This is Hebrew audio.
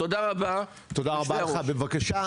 תודה רבה, יושבי-הראש.